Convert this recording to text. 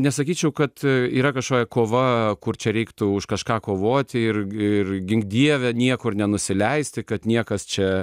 nesakyčiau kad yra kažkokia kova kur čia reiktų už kažką kovoti ir ir gink dieve niekur nenusileisti kad niekas čia